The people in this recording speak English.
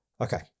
Okay